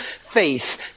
face